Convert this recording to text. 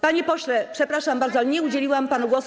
Panie pośle, przepraszam bardzo, ale nie udzieliłam panu głosu.